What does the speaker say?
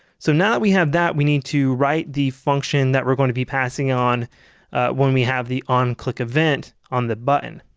so now we have that we need to write the function that we're going to be passing on when we have the onclick event on the button.